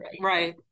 right